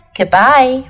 Goodbye